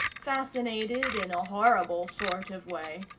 fascinated in a horrible sort of way,